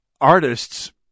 artists